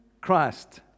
Christ